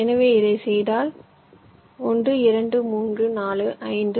எனவே இதைச் செய்தால் 1 2 3 4 5